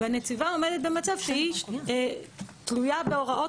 והנציבה עומדת במצב שהיא תלויה בהוראות